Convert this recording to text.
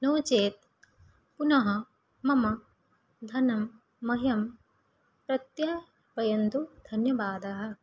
नो चेत् पुनः मम धनं मह्यं प्रत्यर्पयन्तु धन्यवादः